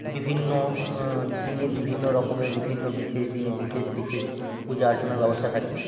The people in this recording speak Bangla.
বিভিন্ন দিনে বিভিন্ন রকমের বিভিন্ন বিশেষ দিনে বিশেষ বিশেষ পূজা আর্চনার ব্যবস্থা থাকে